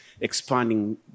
expanding